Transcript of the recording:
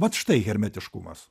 vat štai hermetiškumas